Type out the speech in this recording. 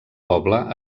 poble